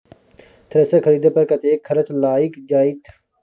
Thresher खरीदे पर कतेक खर्च लाईग जाईत?